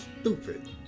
stupid